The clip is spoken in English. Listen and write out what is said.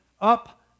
up